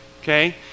okay